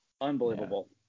Unbelievable